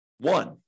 one